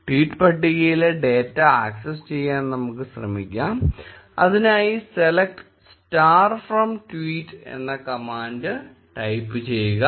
tweet പട്ടികയിലെ data access ചെയ്യാൻ നമുക്ക് ശ്രമിക്കാം അതിനായി select star from tweets എന്ന കമാൻഡ് ടൈപ്പ് ചെയ്യുക